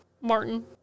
Martin